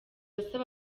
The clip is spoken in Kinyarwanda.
asaba